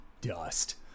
dust